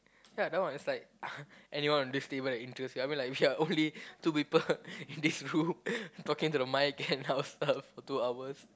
ya that one is like anyone in this table that interest you I mean like if there are only two people in this room talking to the mic and our stuff for two hours